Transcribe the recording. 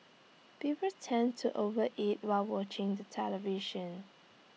people tend to overeat while watching the television